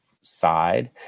side